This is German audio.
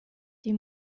die